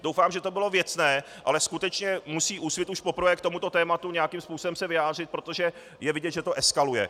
Doufám, že to bylo věcné, ale skutečně Úsvit se musí už poprvé k tomuto tématu nějakým způsobem vyjádřit, protože je vidět, že to eskaluje.